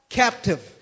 captive